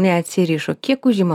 neatsirišo kiek užima